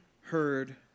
heard